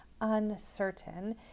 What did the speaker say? uncertain